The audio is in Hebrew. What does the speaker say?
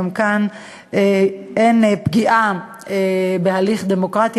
גם כאן אין פגיעה בהליך הדמוקרטי,